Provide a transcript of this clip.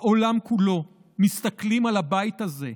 בעולם כולו מסתכלים על הבית הזה,